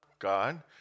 God